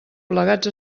plegats